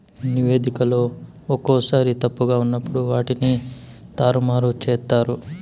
నివేదికలో ఒక్కోసారి తప్పుగా ఉన్నప్పుడు వాటిని తారుమారు చేత్తారు